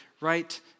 right